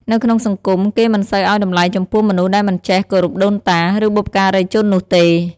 នៅក្នុងសង្គម គេមិនសូវឱ្យតម្លៃចំពោះមនុស្សដែលមិនចេះគោរពដូនតា ឬបុព្វការីជននោះទេ។